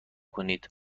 کنید